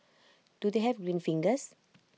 do they have green fingers